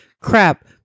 crap